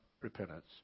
repentance